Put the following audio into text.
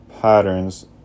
patterns